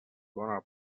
bona